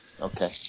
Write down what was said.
Okay